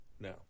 No